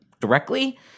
directly